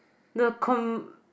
the com~